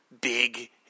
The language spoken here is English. big